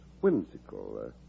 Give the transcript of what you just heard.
whimsical